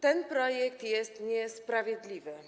Ten projekt jest niesprawiedliwy.